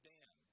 Dan